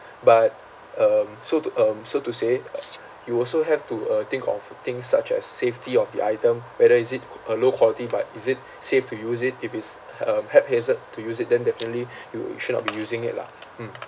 but um so to um so to say uh you also have to uh think of things such as safety of the item whether is it a low quality but is it safe to use it if it's um haphazard to use it then definitely you should not be using it lah mm